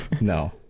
no